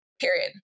Period